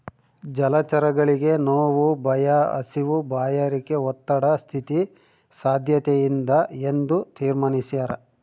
ಜಲಚರಗಳಿಗೆ ನೋವು ಭಯ ಹಸಿವು ಬಾಯಾರಿಕೆ ಒತ್ತಡ ಸ್ಥಿತಿ ಸಾದ್ಯತೆಯಿಂದ ಎಂದು ತೀರ್ಮಾನಿಸ್ಯಾರ